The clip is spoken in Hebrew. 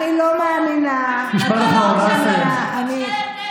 אז את מאוד תמימה, חברת הכנסת סטרוק.